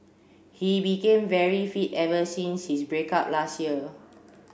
he became very fit ever since his break up last year